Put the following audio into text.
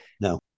no